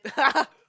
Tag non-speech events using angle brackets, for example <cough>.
<laughs>